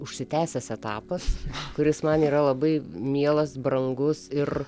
užsitęsęs etapas kuris man yra labai mielas brangus ir